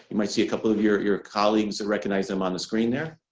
you might see a couple of your your colleagues and recognize them on the screen there.